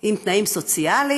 עם תנאים סוציאליים.